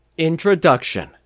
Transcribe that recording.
Introduction